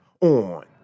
on